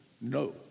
No